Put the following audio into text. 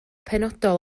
penodol